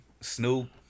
Snoop